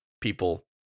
people